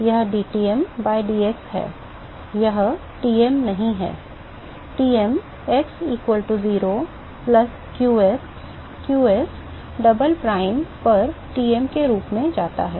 यह dTm by dx है यह Tm नहीं है ™ x equal to 0 plus qs double prime पर ™ के रूप में जाता है